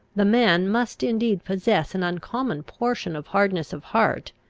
the man must indeed possess an uncommon portion of hardness of heart,